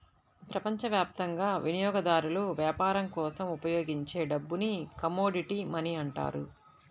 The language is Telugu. ప్రపంచవ్యాప్తంగా వినియోగదారులు వ్యాపారం కోసం ఉపయోగించే డబ్బుని కమోడిటీ మనీ అంటారు